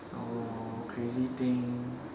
so crazy thing